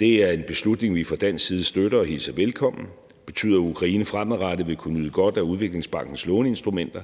Det er en beslutning, vi fra dansk side støtter og hilser velkommen. Det betyder, at Ukraine fremadrettet vil kunne nyde godt af udviklingsbankens låneinstrumenter,